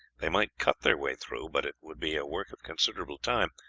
they might cut their way through, but it would be a work of considerable time,